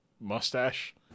mustache